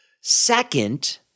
Second